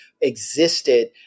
existed